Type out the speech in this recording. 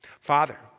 Father